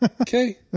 Okay